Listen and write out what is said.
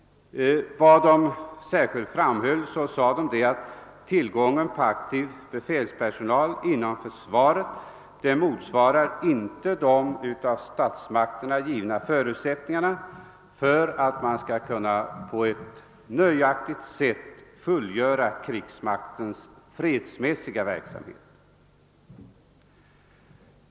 Vad de särskilt framhöll var att tillgången på aktiv befälspersonal inom försvaret inte motsvarar de av statsmakterna angivna förutsättningarna för att man skall kunna på ett nöjaktigt sätt fullgöra krigsmaktens fredsmässiga verksamhet.